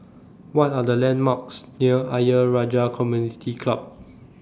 What Are The landmarks near Ayer Rajah Community Club